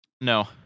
No